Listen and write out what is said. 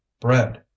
bread